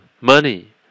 money